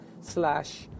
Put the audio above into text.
slash